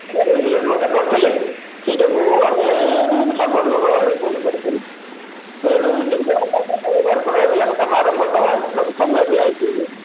ନାଇଁ ରେଜଲେସନ୍ ଗୋଟେ କରିଦେଲେ ସେଇଟାକୁ ଆମେ ସରପଞ୍ଚଙ୍କ ରେକମେଣ୍ଡ କରିକରି ଦେଇଦବା ତା'ପରେ ୱାର୍କ୍ ଅର୍ଡ଼ର୍ ଆସିଲେ କାମ ଆରମ୍ଭ କରିଦେବା ଆଉ ସମୟ ଦିଆହୋଇଛି